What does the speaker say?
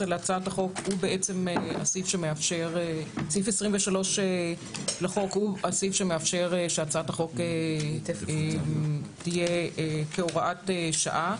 סעיף 23 לחוק הוא הסעיף שמאפשר שהצעת החוק תהיה כהוראת שעה,